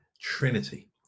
Trinity